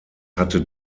hatte